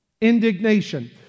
Indignation